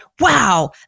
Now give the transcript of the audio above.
wow